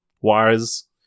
wires